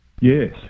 Yes